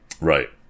Right